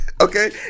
Okay